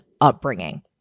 upbringing